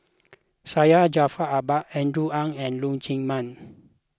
Syed Jaafar Albar Andrew Ang and Leong Chee Mun